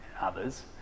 others